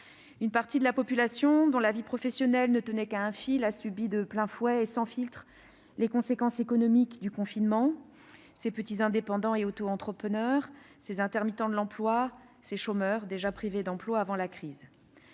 Une partie de la population dont la vie professionnelle ne tenait qu'à un fil a subi de plein fouet et sans filtre les conséquences économiques du confinement : les petits indépendants et autoentrepreneurs, les intermittents de l'emploi et les chômeurs déjà privés d'emploi avant la crise.